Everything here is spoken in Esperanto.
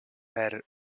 per